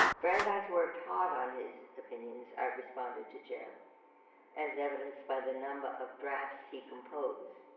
brandeis worked hard on his opinions, i responded to jeff as evidenced by the number of drafts he composed.